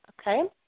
Okay